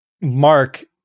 Mark